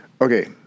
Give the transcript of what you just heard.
Okay